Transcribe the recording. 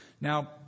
Now